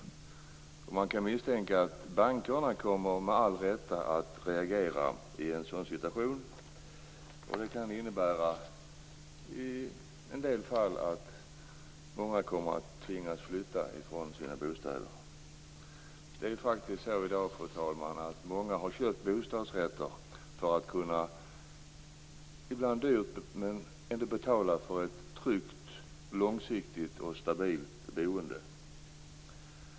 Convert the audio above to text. Man kan misstänka att bankerna med all rätt kommer att reagera i en sådan situation. Det kan innebära att många kommer att tvingas flytta från sina bostäder. Det är faktiskt så i dag, fru talman, att många har köpt bostadsrätter, ibland dyrt, för att man då ändå betalar för ett tryggt, långsiktigt och stabilt boende.